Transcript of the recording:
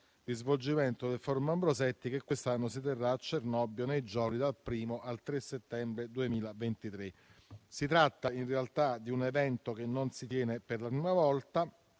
di svolgimento del *forum* Ambrosetti, che quest'anno si terrà a Cernobbio nei giorni dal 1° al 3 settembre 2023. Si tratta in realtà di un evento che non si tiene per la prima volta.